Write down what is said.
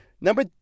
Number